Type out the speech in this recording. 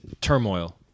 turmoil